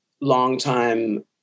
longtime